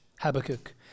Habakkuk